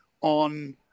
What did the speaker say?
on